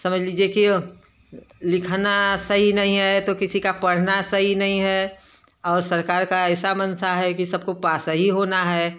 समझ लीजिए कि लिखना सही नहीं है तो किसी का पढ़ना सही नहीं है और सरकार का ऐसा मंशा है कि सबको पास ही होना है